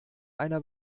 einer